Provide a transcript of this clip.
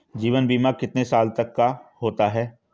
जीवन बीमा कितने साल तक का होता है?